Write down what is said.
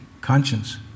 Conscience